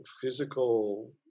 physical